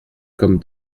comme